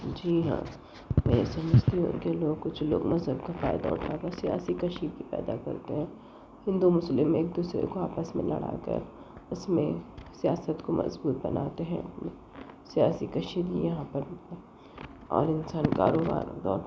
جی ہاں ایسی مشکل کہ کچھ لوگ مذہب کا فائدہ اٹھا کر سیاسی کشیدگی پیدا کرتے ہیں ہندو مسلم میں ایک دوسرے کو آپس میں لڑاتے ہیں اس میں سیاست کو مضبوط بناتے ہیں سیاسی کشیدگیاں پیدا کرتے ہیں